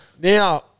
Now